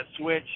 switch